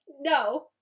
No